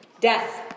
Death